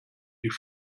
die